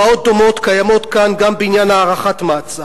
הוראות דומות קיימות כאן גם בעניין הארכת מעצר,